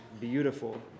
beautiful